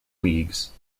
leagues